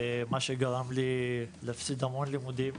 מה שגרם לי להפסיד המון לימודים,